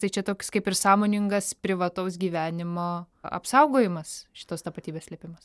tai čia toks kaip ir sąmoningas privataus gyvenimo apsaugojimas šitos tapatybės slėpimas